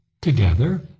together